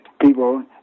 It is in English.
people